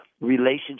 relationship